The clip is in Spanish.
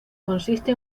consiste